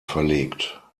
verlegt